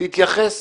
תתייחס